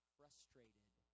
frustrated